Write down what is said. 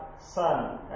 Son